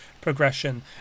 progression